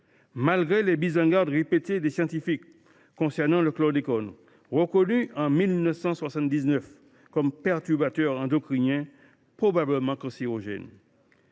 malgré les alertes répétées des scientifiques concernant le chlordécone, reconnu en 1979 comme perturbateur endocrinien probablement cancérogène.